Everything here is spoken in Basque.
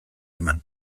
eman